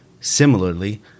Similarly